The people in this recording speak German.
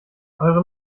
eure